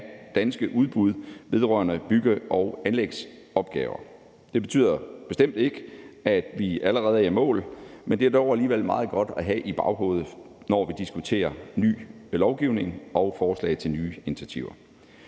danske udbud vedrørende bygge- og anlægsopgaver. Det betyder bestemt ikke, at vi allerede er i mål, men det er dog alligevel meget godt at have i baghovedet, når vi diskuterer ny lovgivning og forslag til nye initiativer.